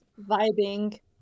vibing